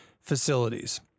facilities